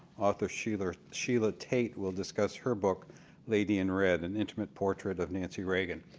author sheila sheila tate will discuss her book lady in red an intimate portrait of nancy regan.